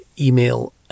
email